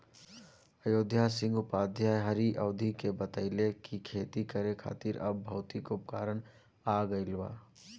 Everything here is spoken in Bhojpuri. अयोध्या सिंह उपाध्याय हरिऔध के बतइले कि खेती करे खातिर अब भौतिक उपकरण आ गइल बा